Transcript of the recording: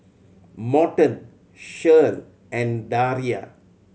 Morton Shirl and Daria